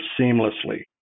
seamlessly